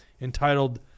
entitled